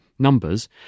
Numbers